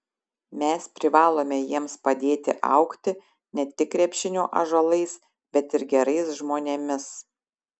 mes privalome jiems padėti augti ne tik krepšinio ąžuolais bet ir gerais žmonėmis